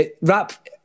rap